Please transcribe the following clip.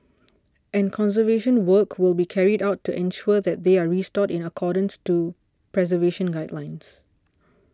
and conservation work will be carried out to ensure that they are restored in accordance to preservation guidelines